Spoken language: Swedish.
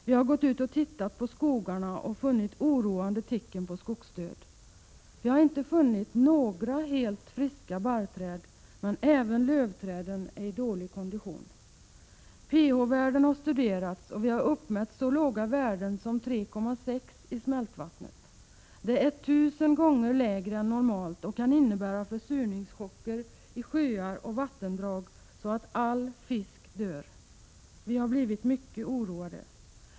Vi har gått ut och tittat på skogarna, och funnit oroande tecken på skogsdöd. Vi har inte funnit några helt friska barrträd, men även lövträden är i dålig kondition. PH-värden har studerats och vi har uppmätt så låga värden som 3,6 i smältvatten. Det är 1000 ggr. lägre än normalt, och kan innebära försurningschocker i sjöar och vattendrag så att all fisk dör. Vi har blivit mycket oroade.